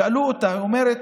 שאלו אותה, והיא אומרת: